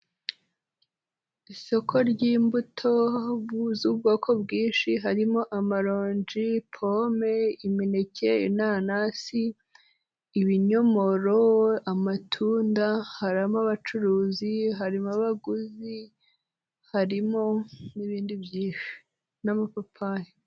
Isoko ry'imbuto z'ubwoko bwinshi, harimo amaronji, pome, imineke, inanasi, ibinyomoro, amatunda, harimo abacuruzi, harimo abaguzi, harimo n'ibindi n'amapapayi.